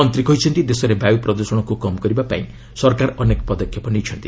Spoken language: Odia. ମନ୍ତ୍ରୀ କହିଛନ୍ତି ଦେଶରେ ବାୟୁ ପ୍ରଦୃଷଣକୁ କମ୍ କରିବା ପାଇଁ ସରକାର ଅନେକ ପଦକ୍ଷେପ ନେଇଛନ୍ତି